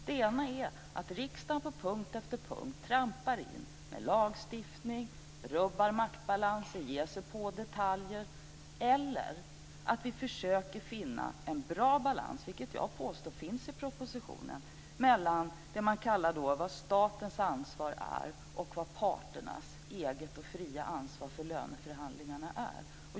Den ena är att riksdagen på punkt efter punkt trampar in med lagstiftning, rubbar maktbalans och ger sig på detaljer. Den andra är att vi försöker finna en bra balans, vilket jag påstår finns i propositionen, mellan statens ansvar och parternas eget och fria ansvar för löneförhandlingarna.